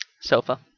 Sofa